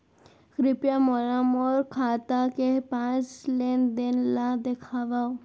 कृपया मोला मोर खाता के पाँच लेन देन ला देखवाव